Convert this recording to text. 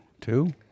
two